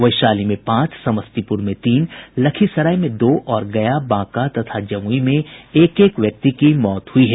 वैशाली में पांच समस्तीपुर में तीन लखीसराय में दो और गया बांका तथा जमुई में एक एक व्यक्ति की मौत हुई है